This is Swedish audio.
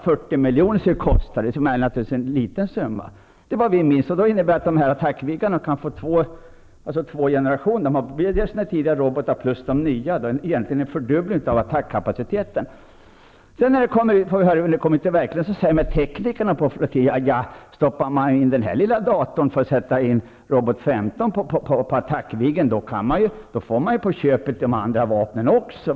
40 miljoner skulle det kosta -- en liten summa. Det här är vad vi minns. Det innebär att det när det gäller Attackviggarna kan bli två generationer -- dels de med tidigare robotar, dels de nya. Det betyder egentligen en fördubbling av attackkapaciteten. Men när det blir fråga om verkligheten hör man teknikerna på flottiljerna säga: Ja, stoppar man in den här lilla datorn för att kunna sätta robot 15 på Attackviggen får man på köpet de andra vapnen också.